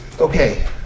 Okay